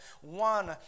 one